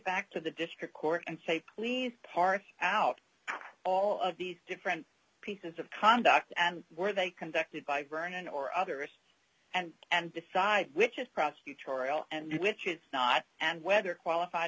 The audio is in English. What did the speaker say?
back to the district court and say please parse out all of these different pieces of conduct and where they conducted by vernon or others and and decide which is prosecutorial and which is not and whether qualified